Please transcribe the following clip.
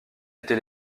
était